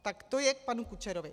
Tak to je k panu Kučerovi.